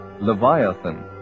Leviathan